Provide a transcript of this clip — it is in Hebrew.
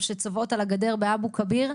יש משפחות שם שצובעות על הגדר באבו כביר,